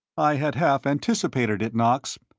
i had half anticipated it, knox.